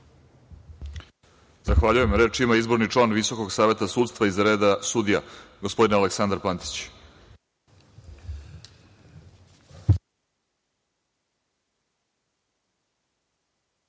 Zahvaljujem. Reč ima izborni član Visokog saveta sudstva iz reda sudija, gospodin Aleksandar Pantić.